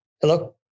hello